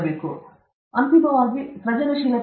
ಆದ್ದರಿಂದ ಸೃಜನಶೀಲತೆ ಅಂತಿಮವಾಗಿ ಸೃಜನಶೀಲತೆ ಏನು